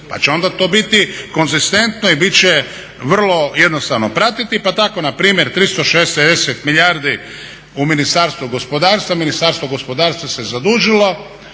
pa će onda to biti konzistentno i bit će vrlo jednostavno pratiti. Pa tako npr. 360 milijardi u Ministarstvu gospodarstva, Ministarstvo gospodarstva se zadužila